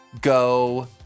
go